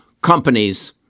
companies